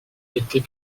était